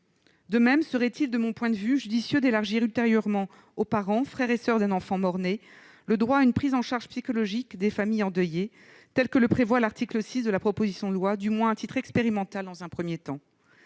De même serait-il judicieux, de mon point de vue, d'élargir ultérieurement aux parents, frères et soeurs d'un enfant mort-né le droit à une prise en charge psychologique des familles endeuillées, tel que le prévoit l'article 6 de la proposition de loi, du moins à titre expérimental dans un premier temps.